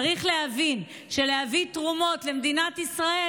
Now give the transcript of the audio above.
צריך להבין שלהביא תרומות למדינת ישראל